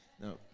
No